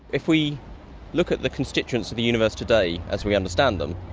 if we look at the constituents of the universe today as we understand them,